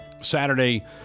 Saturday